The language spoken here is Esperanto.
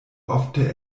ofte